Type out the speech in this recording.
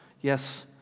Yes